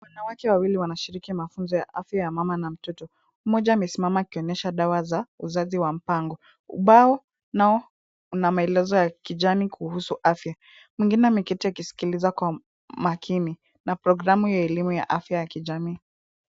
Wanawake wawili wanashiriki mafunzo ya afya ya mama na mtoto. Mmoja amesimama akionyesha dawa za uzazi wa mpango. Ubao nao una maelezo ya kijani kuhusu afya. Mwingine ameketi akisikiliza kwa makini na programu ya kiafya ya jamii.